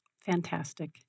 Fantastic